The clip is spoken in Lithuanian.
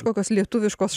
kokios lietuviškos